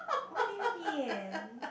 what do you mean